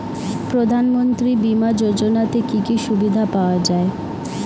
প্রধানমন্ত্রী বিমা যোজনাতে কি কি সুবিধা পাওয়া যায়?